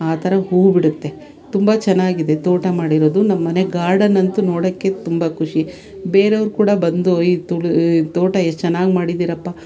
ಆ ಥರ ಹೂವು ಬಿಡುತ್ತೆ ತುಂಬ ಚೆನ್ನಾಗಿದೆ ತೋಟ ಮಾಡಿರೋದು ನಮ್ಮ ಮನೆ ಗಾರ್ಡನ್ ಅಂತೂ ನೋಡೋಕ್ಕೆ ತುಂಬ ಖುಷಿ ಬೇರೆವ್ರು ಕೂಡ ಬಂದು ಈ ತೋಟ ಎಷ್ಟು ಚೆನ್ನಾಗಿ ಮಾಡಿದೀರಪ್ಪ